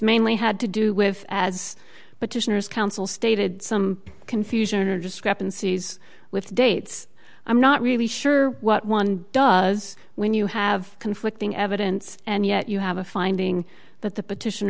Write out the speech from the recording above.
mainly had to do with as but to sinners counsel stated some confusion or discrepancies with dates i'm not really sure what one does when you have conflicting evidence and yet you have a finding that the petition